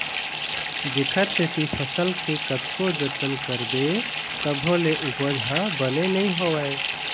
जेखर सेती फसल के कतको जतन करबे तभो ले उपज ह बने नइ होवय